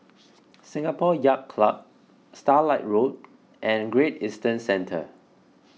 Singapore Yacht Club Starlight Road and Great Eastern Centre